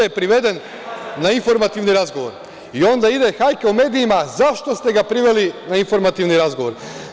je priveden na informativni razgovor i onda ide hajka u medijima zašto ste ga priveli na informativni razgovor.